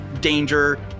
danger